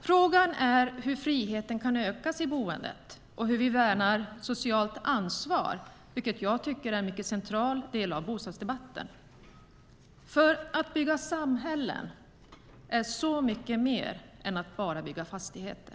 Frågan är hur friheten kan ökas i boendet och hur vi värnar socialt ansvar, vilket jag tycker är en mycket central del av bostadsdebatten. Att bygga samhällen är så mycket mer än att bara bygga fastigheter.